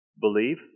believe